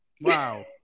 Wow